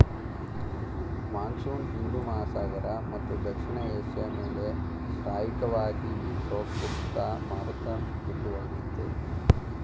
monsoon ಹಿಂದೂ ಮಹಾಸಾಗರ ಮತ್ತು ದಕ್ಷಿಣ ಏಷ್ಯ ಮೇಲೆ ಶ್ರಾಯಿಕವಾಗಿ ಬೀಸೋ ಕ್ಲುಪ್ತ ಮಾರುತ ಋತುವಾಗಯ್ತೆ